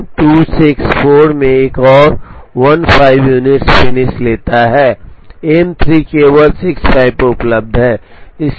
M 2 64 में एक और 15units फिनिश लेता है M3 केवल 65 पर उपलब्ध है